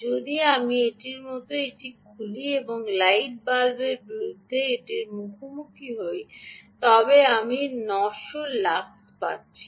যদি আমি এটির মতো এটি খুলি এবং লাইট বাল্বের বিরুদ্ধে এটির মুখোমুখি হই তবে আমি 900 লাক্স পাচ্ছি